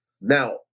Now